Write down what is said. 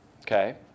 Okay